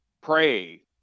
pray